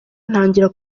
ntangira